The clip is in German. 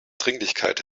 dringlichkeit